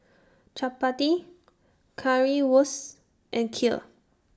Chapati Currywurst and Kheer